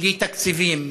בלי תקציבים,